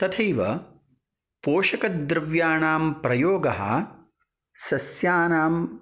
तथैव पोषकद्रव्याणां प्रयोगः सस्यानां